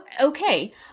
okay